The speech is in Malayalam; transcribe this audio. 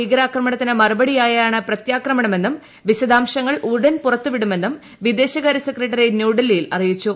ഭീകരാക്രമണത്തിന് പുൽവാമ മറുപടിയായാണ് പ്രത്യാക്രമണമെന്നും വിശദാംശങ്ങൾ ഉടൻ പുറത്തുവിടുമെന്നും വിദേശകാര്യ സെക്രട്ടറി ന്യൂഡൽഹിയിൽ അറിയിച്ചു